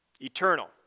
eternal